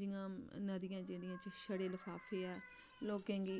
जि'यां नदियां जेह्ड़ियें च छड़े लफाफे ऐ लोकें गी